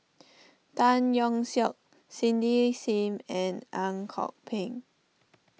Tan Yeok Seong Cindy Sim and Ang Kok Peng